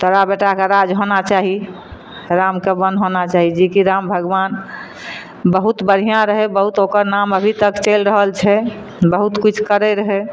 तोरा बेटाके राज होना चाही रामके बन होना चाही जे कि राम भगबान बहुत बढ़िआँ रहै बहुत ओकर नाम अभी तक चलि रहल छै बहुत किछु करै रहै